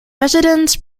residents